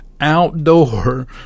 outdoor